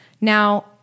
Now